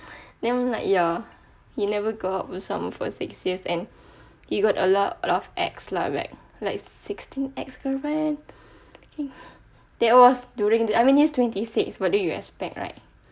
then like ya he never go out with someone for six years and he got a lot a lot of ex lah like like sixteen ex girlfriend that was during I mean he is twenty six what do you expect right